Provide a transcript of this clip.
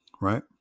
right